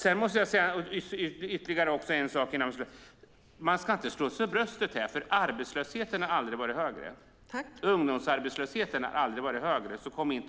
Jag måste säga ytterligare en sak. Man ska inte slå sig för bröstet, för ungdomsarbetslösheten har aldrig varit högre.